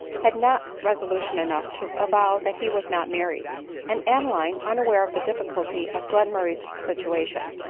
had not resolution enough to avow that he was not married and adeline, unaware of the difficulty of glen murray's situation,